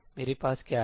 तो मेरे पास क्या है